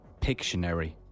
Pictionary